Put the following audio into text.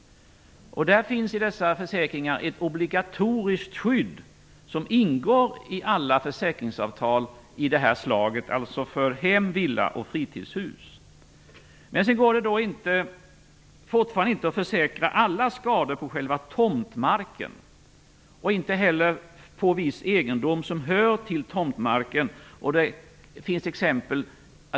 I dessa försäkringar finns ett obligatoriskt skydd, som ingår i alla försäkringsavtal av det här slaget. Det går fortfarande inte att försäkra sig mot alla skador på själva tomtmarken och inte heller mot skador på viss egendom som hör till tomtmarken, t.ex.